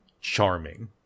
Charming